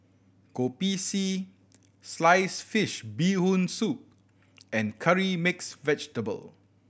Kopi C sliced fish Bee Hoon Soup and Curry Mixed Vegetable